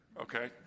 okay